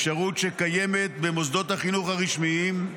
אפשרות שקיימת במוסדות החינוך הרשמיים,